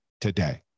today